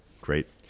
great